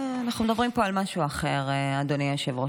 אנחנו מדברים פה על משהו אחר, אדוני היושב-ראש.